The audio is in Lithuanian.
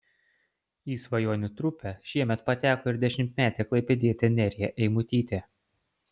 į svajonių trupę šiemet pateko ir dešimtmetė klaipėdietė nerija eimutytė